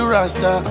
Rasta